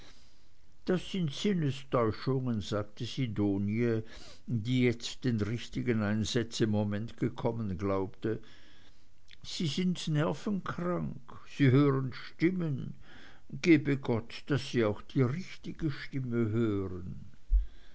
das sind sinnestäuschungen sagte sidonie die jetzt den richtigen einsetzmoment gekommen glaubte sie sind nervenkrank sie hören stimmen gebe gott daß sie auch die richtige stimme hören